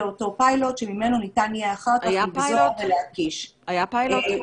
אותו פיילוט שממנו ניתן יהיה אחר כך לגזור ולהקיש היה פיילוט?